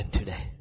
today